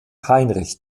heinrich